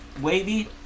wavy